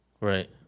Right